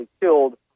killed